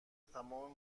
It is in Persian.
تمام